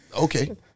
okay